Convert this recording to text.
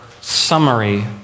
summary